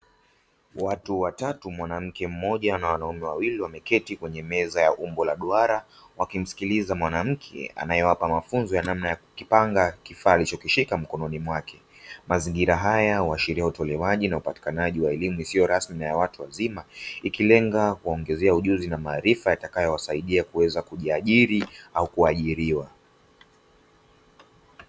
Watu watatu (mwanamke mmoja na wanaume wawili) wameketi kwenye meza umbo la duara, wakimsikiliza mwanamke anayewapa mafunzo ya namna ya kukipanga kifaa alichokishika mkononi mwake. Mazingira haya huashiria utolewaji na upatikanaji wa elimu isiyo rasmi na ya watu wazima, ikilenga kuwaongezea ujuzi na maarifa yatakayowasaidia kuweza kujiajiri au kuajiriwa.